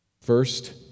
First